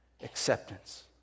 acceptance